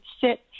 sit